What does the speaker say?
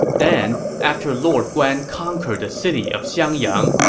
then, after lord guan conquered the city of xiangyang,